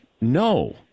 no